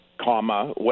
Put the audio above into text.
comma